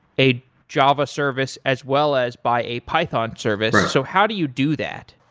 a java service as well as by a python service. so how do you do that?